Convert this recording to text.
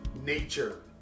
nature